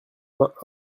vingt